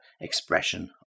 expression